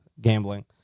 gambling